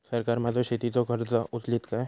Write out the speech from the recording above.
सरकार माझो शेतीचो खर्च उचलीत काय?